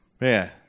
man